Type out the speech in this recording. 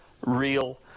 real